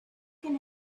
can